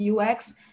UX